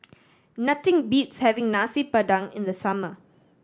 nothing beats having Nasi Padang in the summer